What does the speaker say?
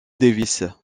davis